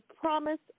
Promise